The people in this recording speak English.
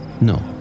No